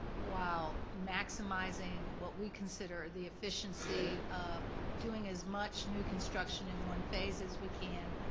while maximizing what we consider the efficiency of doing as much new construction in one phase as we can,